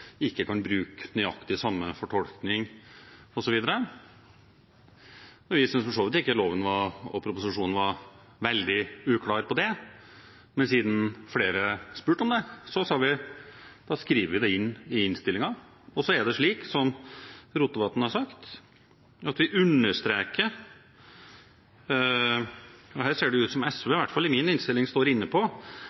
ikke kan bruke nøyaktig samme fortolkning, osv. Vi syntes for så vidt ikke loven og proposisjonen var veldig uklar når det gjaldt dette, men siden flere spurte om det, sa vi at da skriver vi det inn i innstillingen. Så er det slik som Rotevatn har sagt, at vi «understreker at henvisningen til at statens særpreg ikke skal innebære en videre adgang til midlertidige ansettelser eller oppsigelse i staten enn i arbeidslivet for øvrig», og her ser